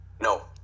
No